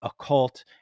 occult